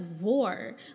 war